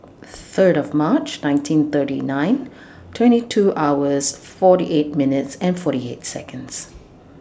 Third of March nineteen thirty nine twenty two hours forty eight minutes and forty eight Seconds